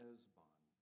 Esbon